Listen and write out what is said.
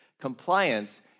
Compliance